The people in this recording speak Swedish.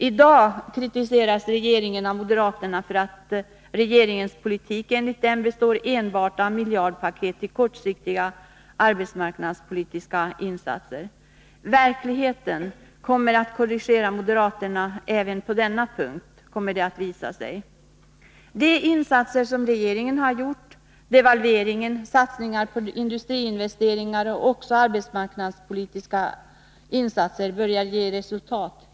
I dag kritiseras regeringen av moderaterna för att regeringens politik, enligt dem, består enbart av miljardpaket till kortsiktiga arbetsmarknadspolitiska insatser. Verkligheten kommer att korrigera moderaterna även på denna punkt. De insatser som regeringen har gjort — devalveringen, satsningar på industriinvesteringar och arbetsmarknadspolitiska satsningar — börjar ge resultat.